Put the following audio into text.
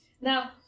Now